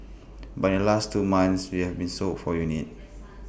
but in last two months we having sold four units